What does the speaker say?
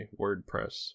WordPress